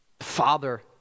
Father